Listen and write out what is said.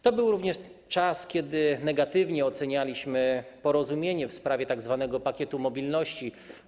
To był również czas, kiedy negatywnie ocenialiśmy porozumienie w sprawie tzw. pakietu mobilności.